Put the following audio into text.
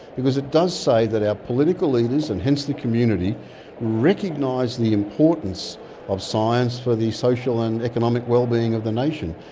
because it does say that our political leaders and hence the community recognise the importance of science for the social and economic well-being of the nation,